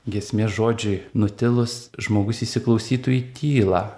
giesmės žodžiui nutilus žmogus įsiklausytų į tylą